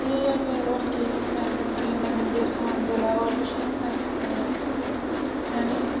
ठीक ऐ फ्ही होर केह् सनाई सकनी इ'न्ने गंदे एयरफोन दे अलावा होर किश बी नेईं सकनी हैन हैनी